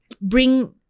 bring